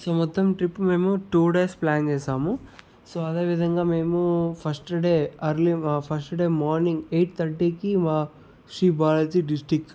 so మొత్తం trip మేము two days plan చేశాము సో అదేవిధంగా మేము first day early first day morning eight thirty కి మా శ్రీ బాలాజీ డిస్టిక్